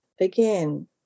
again